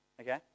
Okay